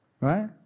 Right